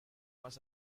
must